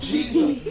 Jesus